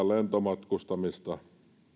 lentomatkustamista